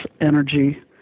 energy